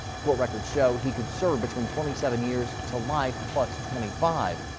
court records show he could serve between twenty seven years to life plus twenty five.